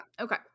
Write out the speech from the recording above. Okay